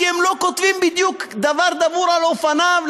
כי הם לא כותבים בדיוק דבר דבור על אופניו,